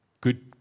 good